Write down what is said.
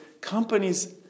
companies